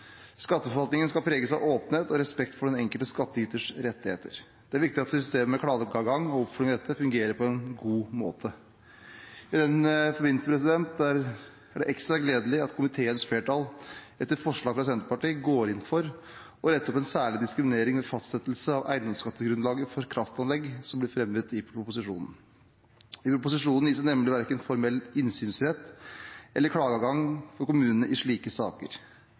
Skatteforvaltningen skal preges av åpenhet og respekt for den enkelte skattyters rettigheter, og det er viktig at systemet med klageadgang og oppfølging av dette fungerer på en god måte. I den forbindelse er det ekstra gledelig at komiteens flertall etter forslag fra Senterpartiet går inn for å rette den særlige diskrimineringen ved fastsettelse av eiendomsskattegrunnlaget for kraftanlegg som ble fremmet i proposisjonen. I proposisjonen gis det nemlig verken formell innsynsrett eller klageadgang for kommunene i slike saker,